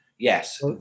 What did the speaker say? Yes